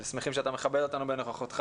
אנחנו שמחים שאתה מכבד אותנו בנוכחותך.